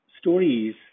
stories